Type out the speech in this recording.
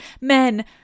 men